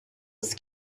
was